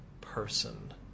person